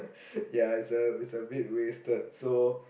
ya so is a bit is a bit wasted so